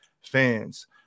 fans